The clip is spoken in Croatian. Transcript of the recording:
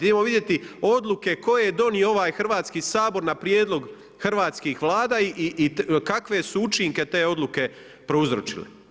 Idemo vidjeti odluke koje je donio ovaj Hrvatski sabor na prijedlog hrvatskih Vlada i kakve su učinke te odluke prouzročile.